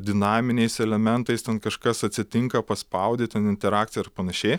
dinaminiais elementais ten kažkas atsitinka paspaudi ten interakcija ar panašiai